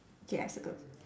K I circle